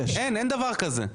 אין דבר כזה,